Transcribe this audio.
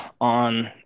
on